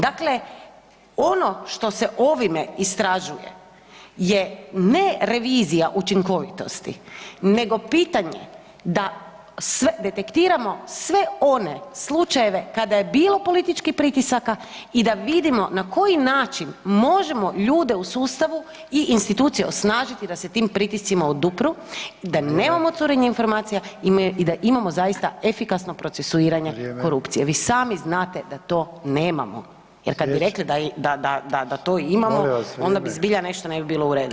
Dakle, ono što se ovime istražuje ne revizija učinkovitosti, nego pitanje da sve, detektiramo sve one slučajeve kada je bilo političkih pritisaka i da vidimo na koji način možemo ljude u sustavu i institucije osnažiti da se tim pritiscima odupru i da nemamo curenje informacija i da imamo zaista efikasno procesuiranje korupcije [[Upadica: Vrijeme.]] vi sami znate da to nemamo, jer kad bi rekli da to imamo [[Upadica: Molim vas vrijeme.]] ona bi zbilja nešto ne bi bilo u redu.